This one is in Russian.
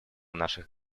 наших